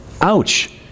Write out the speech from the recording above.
Ouch